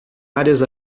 áreas